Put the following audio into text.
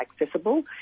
accessible